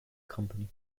company